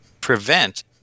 prevent